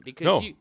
No